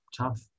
tough